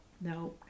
no